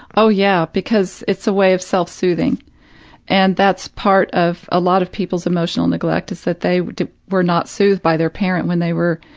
oh, yeah, because it's a way of self-soothing and that's part of a lot of people's emotional neglect, is that they were not soothed by their parent when they were,